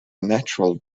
natural